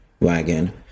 wagon